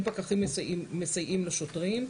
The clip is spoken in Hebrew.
פקחים מסייעים לשוטרים,